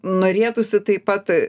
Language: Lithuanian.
norėtųsi taip pat